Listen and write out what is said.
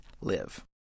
live